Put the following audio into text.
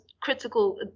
critical